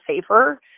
safer